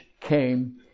came